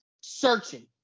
searching